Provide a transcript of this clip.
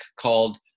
called